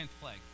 plague